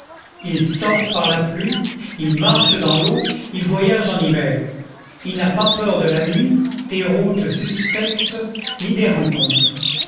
il sort par la pluie il marche dans l'eau il voyage en hiver il n'a pas peur de la nuit des routes suspectes ni des rencontres